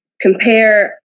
compare